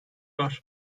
var